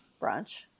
Brunch